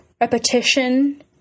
repetition